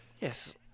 Yes